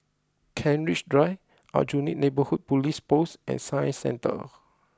Kent Ridge Drive Aljunied Neighbourhood Police Post and Science Centre